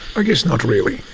i guess not really,